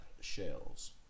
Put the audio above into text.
shells